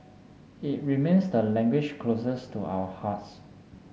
it remains the language closest to our hearts